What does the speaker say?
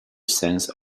sense